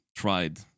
tried